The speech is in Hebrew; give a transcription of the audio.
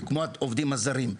כמו את העובדים הזרים.